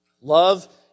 Love